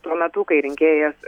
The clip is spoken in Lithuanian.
tuo metu kai rinkėjas